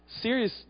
serious